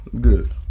Good